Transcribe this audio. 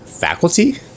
faculty